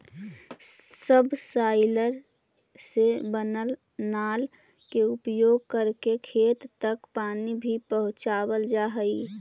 subsoiler से बनल नाल के उपयोग करके खेत तक पानी भी पहुँचावल जा हई